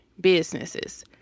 businesses